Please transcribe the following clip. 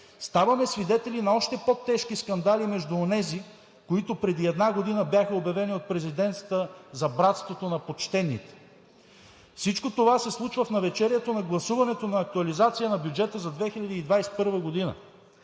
ставаме свидетели на още по-тежки скандали между онези, които преди една година бяха обявени от президента за братството на почтените. Всичко това се случва в навечерието на гласуването на актуализацията на бюджета за 2021 г.